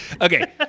Okay